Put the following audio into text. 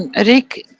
and ah rick,